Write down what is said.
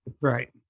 Right